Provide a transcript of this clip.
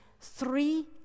three